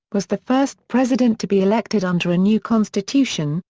was the first president to be elected under a new constitution,